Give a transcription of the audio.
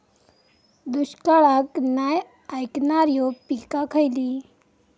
दुष्काळाक नाय ऐकणार्यो पीका खयली?